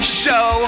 show